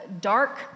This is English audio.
dark